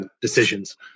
decisions